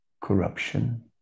corruption